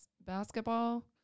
basketball